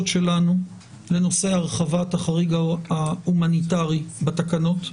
שלנו לנושא הרחבת החריג ההומניטרי בתקנות,